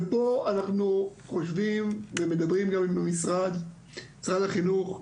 ופה אנחנו חושבים ומדברים גם עם משרד החינוך,